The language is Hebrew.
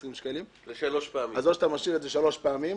שקלים לשלוש פעמים או שאתה משאיר את זה שלוש פעמים,